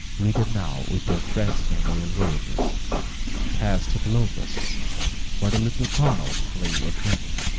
wreathed now with their fresh memorial roses past the locusts where the little colonel lay a-dreaming.